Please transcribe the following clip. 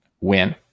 win